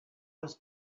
was